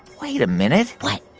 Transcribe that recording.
wait a minute what?